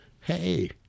hey